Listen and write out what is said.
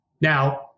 Now